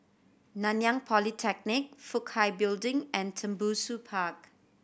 Nanyang Polytechnic Fook Kai Building and Tembusu Park